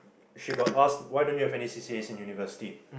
she got asked why don't you have any C_C_A in university